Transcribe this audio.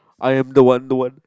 I am the one the one